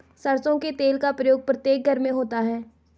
सरसों के तेल का प्रयोग प्रत्येक घर में होता है